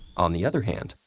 on the other hand,